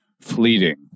fleeting